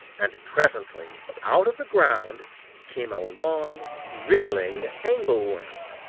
and presently out of the ground came a long, wriggling angleworm.